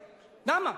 למה?